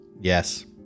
Yes